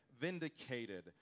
vindicated